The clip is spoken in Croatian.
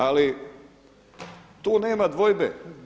Ali tu nema dvojbe.